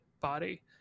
body